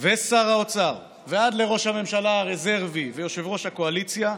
ושר האוצר ועד לראש הממשלה הרזרבי ויושב-ראש הקואליציה,